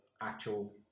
actual